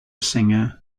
singer